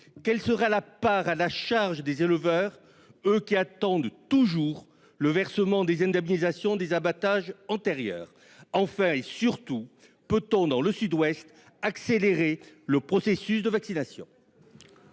quelle sera la part à la charge des éleveurs, eux qui attendent toujours le versement des indemnisations des abattages antérieurs ? Enfin, et surtout, peut-on dans le Sud-Ouest accélérer le processus de vaccination ?